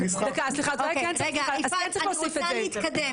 אני רוצה להתקדם.